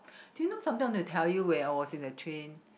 do you know something I want to tell you where I was in the train